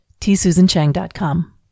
tsusanchang.com